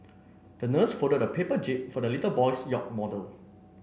the nurse folded a paper jib for the little boy's yacht model